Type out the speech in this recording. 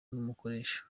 n’umukoresha